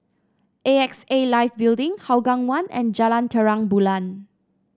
A X A Life Building Hougang One and Jalan Terang Bulan